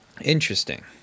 Interesting